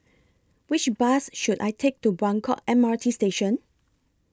Which Bus should I Take to Buangkok M R T Station